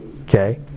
Okay